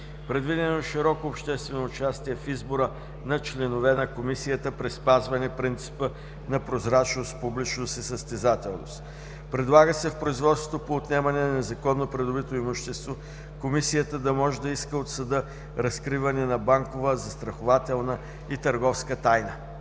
Предвидено е широко обществено участие в избора на членове на Комисията при спазване принципите на прозрачност, публичност и състезателност. Предлага се в производствата по отнемане на незаконно придобито имущество, Комисията да може да иска от съда разкриване на банкова, застрахователна и търговска тайна.